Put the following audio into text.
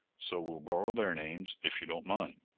so we'll borrow their names if you don't mind.